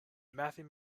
matthew